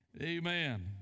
Amen